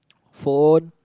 phone